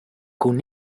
con